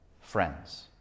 friends